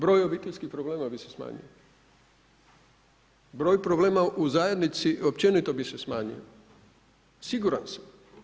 Broj obiteljskih problema bi se smanjio, broj problema u zajednici općenito bi se smanjio, siguran sam.